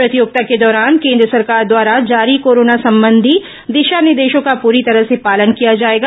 प्रतियोगिता के दौरान केन्द्र सरकार द्वारा जारी कोरोना संबंधी दिशा निर्देशों का पूरी तरह से पालन किया जाएगा